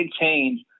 change